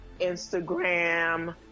Instagram